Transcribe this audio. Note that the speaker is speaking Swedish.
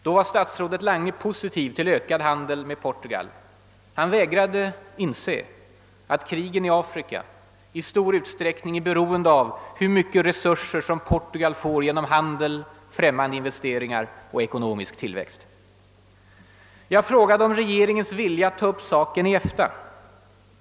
Då var statsrådet Lange positiv till ökad handel med Portugal. Han vägrade att inse att krigen i Afrika i stor utsträckning är beroende av hur mycket resurser Portugal får genom handel, främmande investeringar och ekonomisk tillväxt. Jag frågade vidare om regeringen var villig att ta upp saken i EFTA.